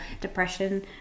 depression